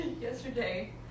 yesterday